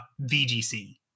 VGC